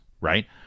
right